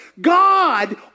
God